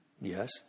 Yes